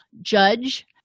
judge